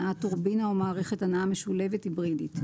הנעת טורבינה או מערכת הנעה משולבת (היברידית);